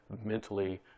mentally